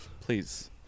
please